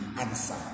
answer